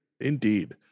Indeed